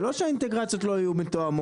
זה לא שהאינטגרציות לא יהיו מתואמות,